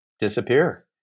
disappear